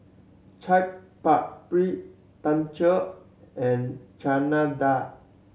Chaat Papri Tacos and Chana Dal